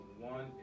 one